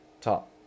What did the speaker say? top